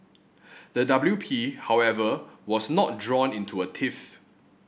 the W P however was not drawn into a tiff